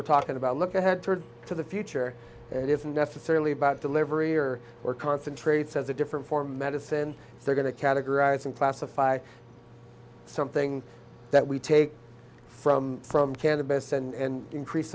we're talking about look ahead to the future it isn't necessarily about delivery or or concentrate says it different for medicine they're going to categorize and classify something that we take from from cannabis and increase